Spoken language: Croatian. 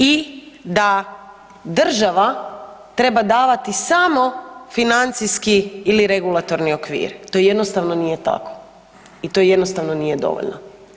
I da država treba davati samo financijski ili regulatorni okvir, to jednostavno nije tako i to jednostavno nije dovoljno.